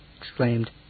exclaimed